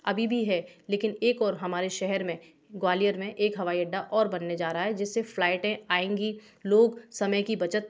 अभी भी है लेकिन एक और हमारे शहर में ग्वालियर में एक हवाई अड्डा और बनने जा रहा है जिससे फ्लाइटें आएंगी लोग समय की बचत